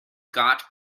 got